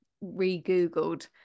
re-googled